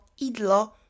idlo